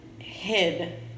hid